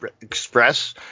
Express